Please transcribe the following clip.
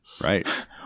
Right